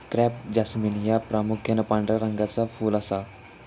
crape jasmine ह्या प्रामुख्यान पांढऱ्या रंगाचा फुल असा